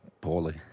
poorly